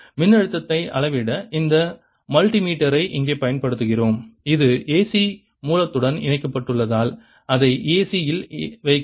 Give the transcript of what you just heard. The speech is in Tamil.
மின்னழுத்தத்தை அளவிட இந்த மல்டிமீட்டரை இங்கே பயன்படுத்துகிறோம் இது AC மூலத்துடன் இணைக்கப்பட்டுள்ளதால் அதை AC இல் வைக்கவும்